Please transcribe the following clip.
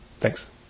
Thanks